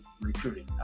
recruiting